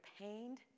pained